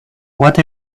what